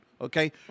Okay